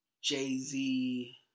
Jay-Z